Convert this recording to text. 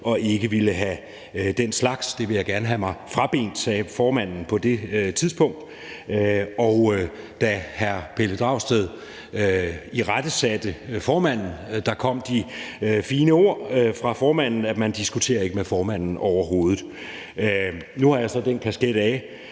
og ville ikke have den slags. Det vil jeg gerne have mig frabedt, sagde formanden på det tidspunkt. Da hr. Pelle Dragsted irettesatte formanden, kom de fine ord fra formand, at man ikke diskuterer med formanden overhovedet. Nu har jeg så taget den kasket af,